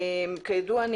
כידוע,